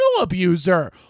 abuser